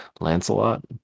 Lancelot